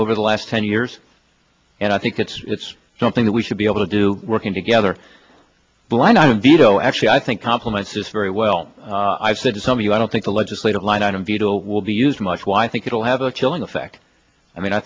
over the last ten years and i think it's something that we should be able to do working together blind item veto actually i think compliments this very well i said something i don't think the legislative line item veto will be used much why i think it will have a chilling effect i mean i